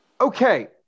Okay